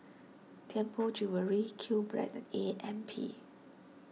Tianpo Jewellery Qbread and A M P